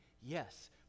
yes